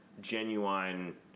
genuine